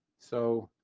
so